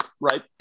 right